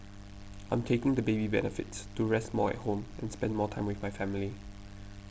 I'm taking the baby benefits to rest more at home and spend more time with my family